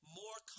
more